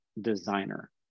designer